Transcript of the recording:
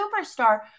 superstar